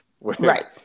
Right